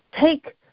Take